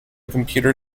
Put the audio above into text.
computer